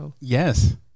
yes